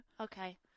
Okay